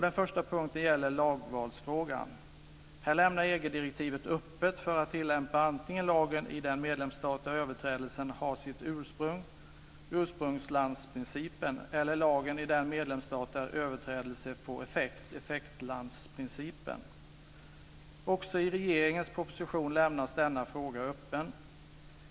Den första punkten gäller lagvalsfrågan. Här lämnar EG-direktivet öppet för att tillämpa antingen lagen i den medlemsstat där överträdelsen har sitt ursprung, ursprungslandsprincipen, eller lagen i den medlemsstat där överträdelsen får effekt, effektlandsprincipen. Också i regeringens proposition lämnas denna fråga öppen.